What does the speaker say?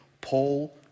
Paul